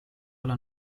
alla